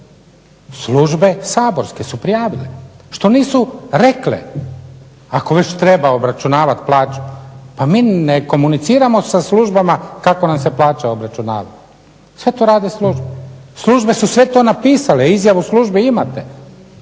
Službe saborske su prijavile. Što nisu rekle ako već treba obračunavati plaću pa mi ne komuniciramo sa službama kako nam se plaća obračunava, sve to radi služba. Službe su sve to napisale, izjavu službe imate.